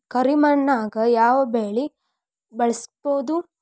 ಕರಿ ಮಣ್ಣಾಗ್ ಯಾವ್ ಬೆಳಿ ಬೆಳ್ಸಬೋದು?